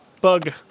bug